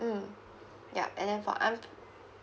mm yup and then for un~